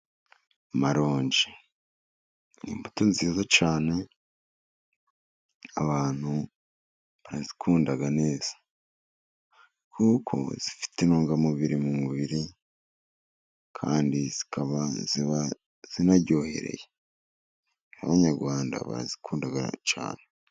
Amaronji n'imbuto nziza cyane abantu bazikunda neza. Kuko zifite intungamubiri mu mubiri kandi zikaba zinaryohereye, abanyarwanda bazikunda cyane.